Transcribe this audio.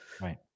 right